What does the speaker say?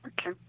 Okay